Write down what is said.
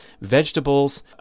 vegetables